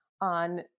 on